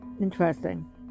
Interesting